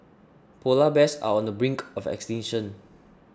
Polar Bears are on the brink of extinction